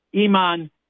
iman